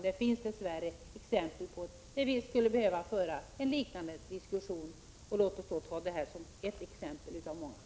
Det finns dess värre exempel på länder som vi skulle behöva föra en liknande diskussion om. Låt oss ta det här som ett exempel av de många.